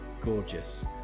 gorgeous